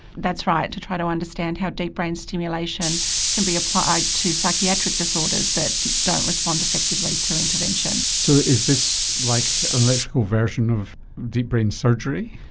that's right, to try to understand how deep brain stimulation can be applied to psychiatric disorders that don't respond effectively to intervention. so is this like an electrical version of deep brain surgery,